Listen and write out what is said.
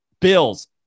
Bills